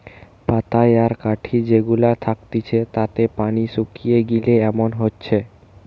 পাতায় আর কাঠি যে গুলা থাকতিছে তাতে পানি শুকিয়ে গিলে এমন হচ্ছে